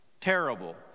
Terrible